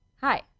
hi